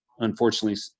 unfortunately